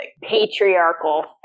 patriarchal